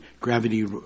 gravity